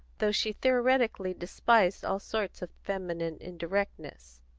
though she theoretically despised all sorts of feminine indirectness.